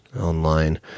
online